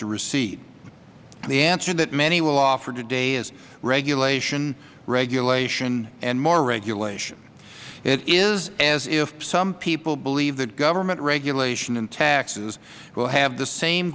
to recede the answer many will offer today is regulation regulation and more regulation it is as if some people believe that government regulation and taxes will have the same